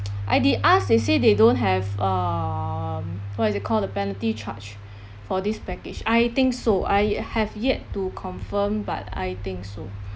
I did ask they say they don't have um what is it call the penalty charge for this package I think so I have yet to confirm but I think so